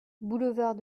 boulevard